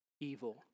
evil